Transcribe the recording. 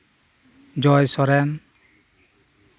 Joy Soren